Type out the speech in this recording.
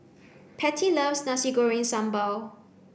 Pattie loves nasi goreng sambal